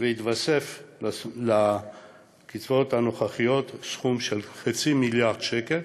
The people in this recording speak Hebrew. ויתווסף לקצבאות הנוכחיות סכום של חצי מיליארד שקל